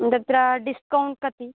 तत्र डिस्कौन्ट् कति